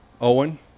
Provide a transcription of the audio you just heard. Owen